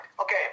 Okay